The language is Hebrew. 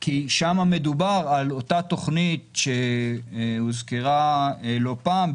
כי שם מדובר על אותה תוכנית שהוזכרה לא פעם,